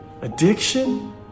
addiction